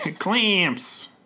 Clamps